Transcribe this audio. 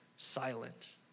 silent